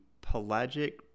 Pelagic